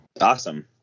awesome